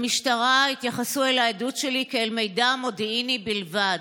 במשטרה התייחסו אל העדות שלי כאל מידע מודיעיני בלבד.